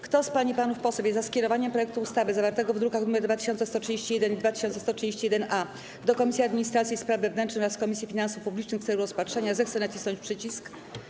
Kto z pań i panów posłów jest za skierowaniem projektu ustawy zawartego w drukach nr 2131 i 2131-A do Komisji Administracji i Spraw Wewnętrznych oraz Komisji Finansów Publicznych w celu rozpatrzenia, zechce nacisnąć przycisk.